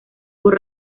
por